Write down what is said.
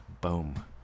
Boom